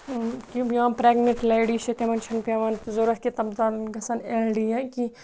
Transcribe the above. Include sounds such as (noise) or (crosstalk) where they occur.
یِم (unintelligible) pregnant lady چھِ تِمَن چھِنہٕ پٮ۪وان ضوٚرَتھ کہِ تِم تام گژھَن اٮ۪ل ڈی یا کیٚنٛہہ